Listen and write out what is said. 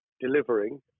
delivering